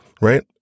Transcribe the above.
right